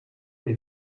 nie